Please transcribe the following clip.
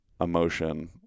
emotion